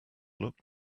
look